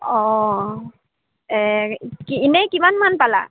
অঁ এই এনেই কিমানমান পালা